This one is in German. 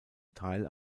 teil